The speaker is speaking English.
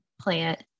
plant